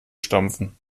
stampfen